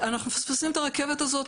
אנחנו מפספסים את הרכבת הזאת,